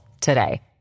today